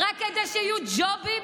מה הבעיה,